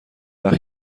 وقت